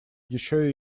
еще